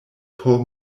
por